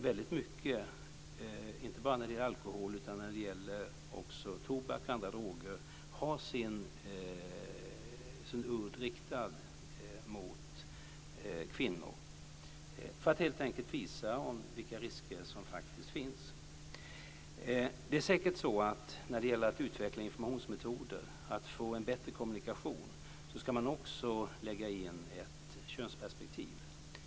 Väldigt mycket av denna, inte bara när det gäller alkohol utan också när det gäller tobak och andra droger, har sin udd riktad mot kvinnor, helt enkelt för att visa vilka risker som faktiskt finns. Det är säkert så att man också ska lägga in ett könsperspektiv när det gäller att utveckla informationsmetoder och att få en bättre kommunikation.